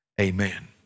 amen